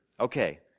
Okay